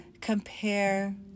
compare